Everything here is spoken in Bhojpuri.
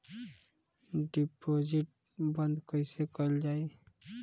डिपोजिट बंद कैसे कैल जाइ?